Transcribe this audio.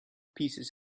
pieces